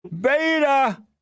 Beta